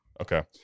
Okay